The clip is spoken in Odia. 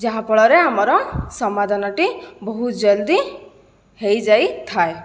ଯାହାଫଳରେ ଆମର ସମାଧାନଟି ବହୁତ ଜଲ୍ଦି ହୋଇଯାଇଥାଏ